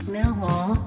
Millwall